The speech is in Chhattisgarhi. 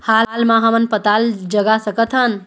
हाल मा हमन पताल जगा सकतहन?